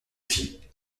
fit